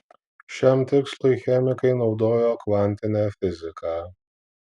šiam tikslui chemikai naudojo kvantinę fiziką